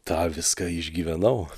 tą viską išgyvenau